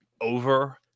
over